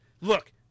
Look